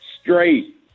straight